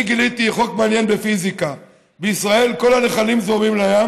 אני גיליתי חוק מעניין בפיזיקה: בישראל כל הנחלים זורמים לים,